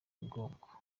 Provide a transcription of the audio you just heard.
bwoko